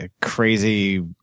crazy